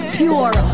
pure